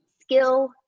skill